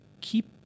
keep